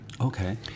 Okay